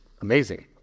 amazing